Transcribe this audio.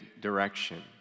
direction